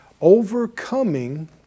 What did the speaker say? Overcoming